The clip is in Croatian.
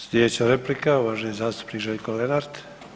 Slijedeća replika, uvaženi zastupnik Željko Lenart.